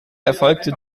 erfolgte